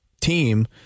team